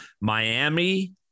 Miami